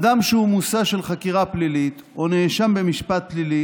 אדם שהוא מושא של חקירה פלילית או נאשם במשפט פלילי